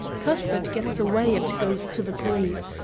cuthbert gets away and goes to the police.